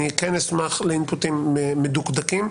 אני כן אשמח לאינפוטים מדוקדקים.